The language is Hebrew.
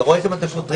אתה רואה שם את השוטרים,